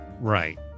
right